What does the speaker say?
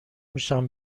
میشم